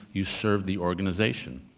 you served the organization.